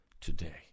today